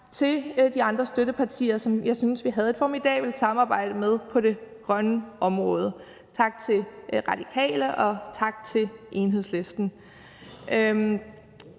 til de andre støttepartier, som jeg synes vi havde et formidabelt samarbejde med på det grønne område. Tak til Radikale, og tak til Enhedslisten.